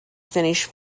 finish